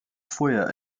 feuer